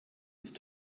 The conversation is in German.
ist